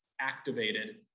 activated